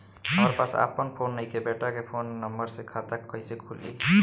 हमरा पास आपन फोन नईखे बेटा के फोन नंबर से खाता कइसे खुली?